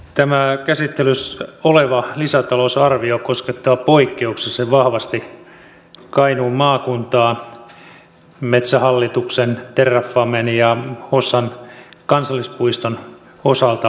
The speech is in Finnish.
tämä käsittelyssä oleva lisätalousarvio koskettaa poikkeuksellisen vahvasti kainuun maakuntaa muun muassa metsähallituksen terrafamen ja hossan kansallispuiston osalta